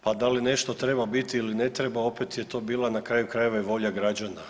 Pa da li nešto treba biti ili ne treba opet je to bila na kraju krajeva i volja građana.